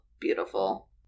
beautiful